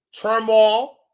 Turmoil